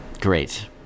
great